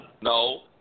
no